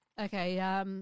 Okay